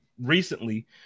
recently